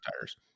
tires